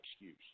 excuse